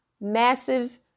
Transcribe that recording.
massive